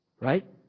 Right